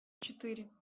четыре